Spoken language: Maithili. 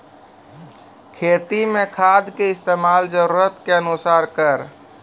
खेती मे खाद के इस्तेमाल जरूरत के अनुसार करऽ